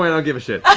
i don't give a shit.